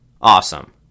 Awesome